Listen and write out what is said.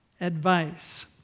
advice